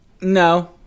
No